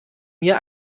mir